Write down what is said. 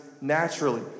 naturally